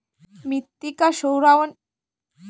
মৃত্তিকা সৌরায়ন কি মাটির পক্ষে লাভদায়ক?